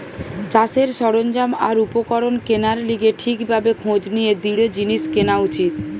চাষের সরঞ্জাম আর উপকরণ কেনার লিগে ঠিক ভাবে খোঁজ নিয়ে দৃঢ় জিনিস কেনা উচিত